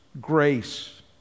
grace